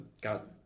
got